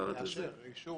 נכון לעכשיו אין משהו